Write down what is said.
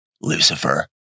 Lucifer